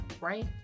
right